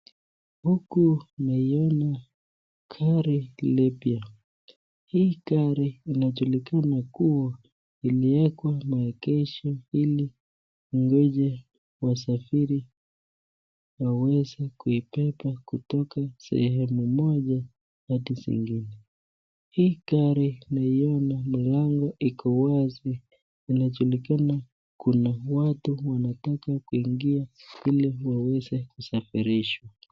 Huku tunaiona gari jipya. Hii gari inajulikana kuwa imewekwa maegesho ili ingoje wasafiri waweze kubebwa kutoka sehemu moja hadi nyingine. Hii gari tunaiona milango iki wazi, inajulikana kuna watu wanataka kuingia ili waweze kusafirishwa.